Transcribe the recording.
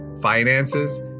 finances